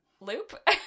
Loop